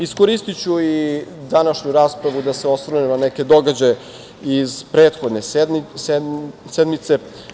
Iskoristiću i današnju raspravu da se osvrnem na neke događaje sa prethodne sednice.